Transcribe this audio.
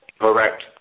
Correct